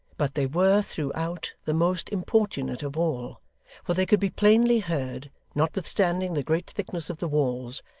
but they were, throughout, the most importunate of all for they could be plainly heard, notwithstanding the great thickness of the walls,